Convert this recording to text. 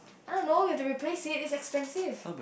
I don't know you have to replace it it is expensive